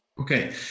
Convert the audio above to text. Okay